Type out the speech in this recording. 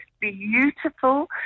beautiful